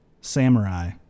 Samurai